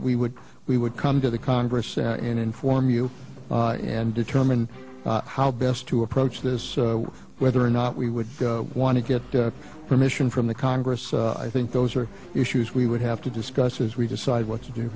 we would we would come to the congress and inform you and determine how best to approach this whether or not we would want to get permission from the congress i think those are issues we would have to discuss as we decide what to